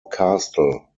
castle